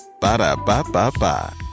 Ba-da-ba-ba-ba